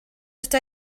ata